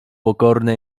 pokorny